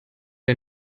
wir